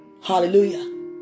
Hallelujah